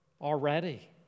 already